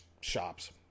shops